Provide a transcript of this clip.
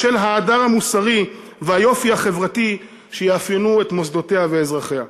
בשל ההדר המוסרי והיופי החברתי שיאפיינו את מוסדותיה ואזרחיה.